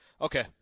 okay